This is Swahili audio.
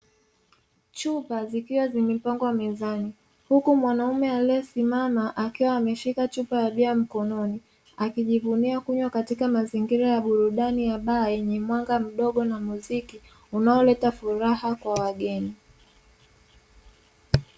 Chupa zikiwa zimepangwa mezani huku mwanaume aliyesimama akiwa ameshika chupa ya bia mkononi akijivunia kunywa katika mazingira ya burudani ya baa yenye mwanga mdogo na muziki unaoleta furaha kwa wageni.